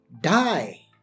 die